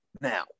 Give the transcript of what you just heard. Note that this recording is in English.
Now